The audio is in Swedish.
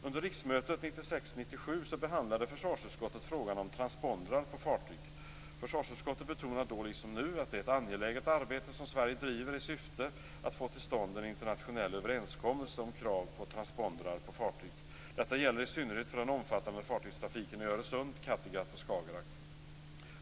Under riksmötet 1996/97 behandlade försvarsutskottet frågan om transpondrar på fartyg. Försvarsutskottet betonade då liksom nu att det är ett angeläget arbete som Sverige driver i syfte att få till stånd en internationell överenskommelse om krav på transpondrar på fartyg. Detta gäller i synnerhet för den omfattande fartygstrafiken i Öresund, Kattegatt och Skagerrak.